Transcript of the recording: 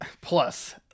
plus